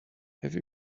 have